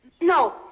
No